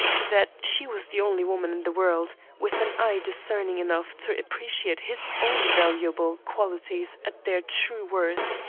that she was the only woman in the world with an eye discerning enough to appreciate his own valuable qualities at their true worth.